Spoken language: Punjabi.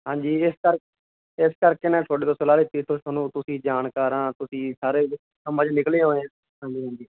ਹਾਂਜੀ ਇਸ ਕਰਕੇ ਇਸ ਕਰਕੇ ਮੈਂ ਤੁਹਾਡੇ ਤੋਂ ਸਲਾਹ ਲਿਤੀ ਹੈ ਤੁਸ ਥੋਤੁਹਾਨੂੰ ਤੁਸੀਂ ਜਾਣਕਾਰ ਆ ਤੁਸੀਂ ਸਾਰੇ ਕੰਮਾਂ 'ਚੋਂ ਨਿਕਲੇ ਹੋਏ ਆ ਹਾਂਜੀ ਹਾਂਜੀ